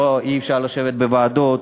אי-אפשר לשבת בוועדות,